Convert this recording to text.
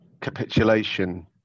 capitulation